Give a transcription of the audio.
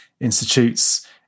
institutes